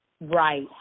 right